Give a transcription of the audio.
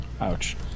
Ouch